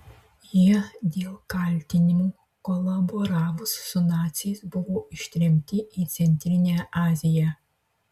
jie dėl kaltinimų kolaboravus su naciais buvo ištremti į centrinę aziją